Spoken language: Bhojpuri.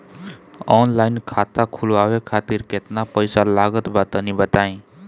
ऑनलाइन खाता खूलवावे खातिर केतना पईसा लागत बा तनि बताईं?